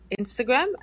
Instagram